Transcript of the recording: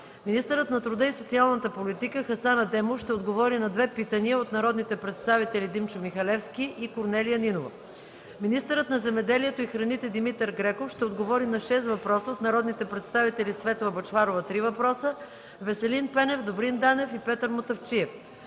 Министърът на труда и социалната политика Хасан Адемов ще отговори на две питания от народните представители Димчо Михалевски и Корнелия Нинова. Министърът на земеделието и храните Димитър Греков ще отговори на шест въпроса от народните представители Светла Бъчварова – три въпроса, Веселин Пенев, Добрин Данев и Петър Мутафчиев.